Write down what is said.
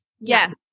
Yes